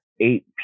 Eight